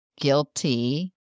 guilty